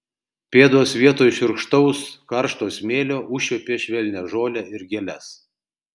pėdos vietoj šiurkštaus karšto smėlio užčiuopė švelnią žolę ir gėles